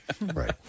Right